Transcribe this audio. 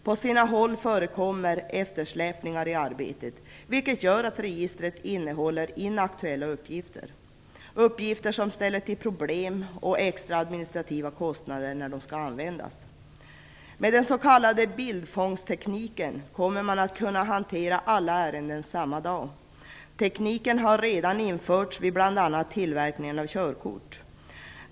På sina håll förekommer eftersläpning av arbetet, vilket gör att registret innehåller inaktuella uppgifter, som ställer till problem och extra administrativa kostnader när de skall användas. Med den s.k. bildfångsttekniken kommer man att kunna hantera alla ärenden samma dag. Tekniken har redan införts vid bl.a. tillverkningen av körkort.